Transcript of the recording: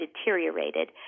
deteriorated